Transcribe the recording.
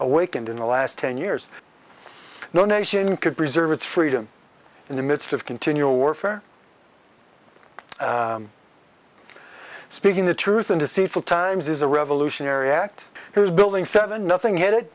awakened in the last ten years no nation could preserve its freedom in the midst of continual war for speaking the truth and deceitful times is a revolutionary act whose building seven nothing had it